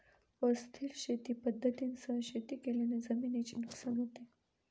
अस्थिर शेती पद्धतींसह शेती केल्याने जमिनीचे नुकसान होते